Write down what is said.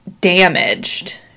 damaged